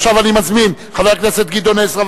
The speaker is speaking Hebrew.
עכשיו אני מזמין את חבר הכנסת גדעון עזרא,